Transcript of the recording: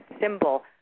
symbol